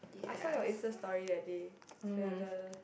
I saw your Insta story that day the the